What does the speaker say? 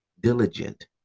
diligent